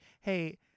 hey